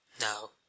Now